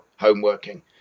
homeworking